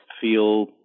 feel